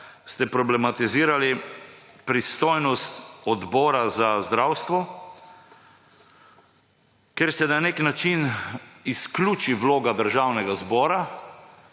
te razprave, pristojnost Odbora za zdravstvo, ker se na nek način izključi vloga Državnega zbora